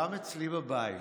גם אצלי בבית,